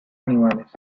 animales